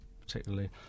particularly